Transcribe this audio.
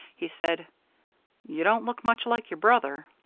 he said you don't look much like your brother.